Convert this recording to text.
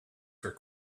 for